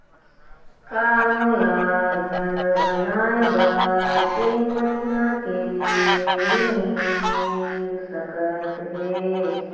का मोला घर बनाए बर तीन महीना के लिए ऋण मिल सकत हे?